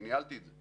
אני ניהלתי את זה.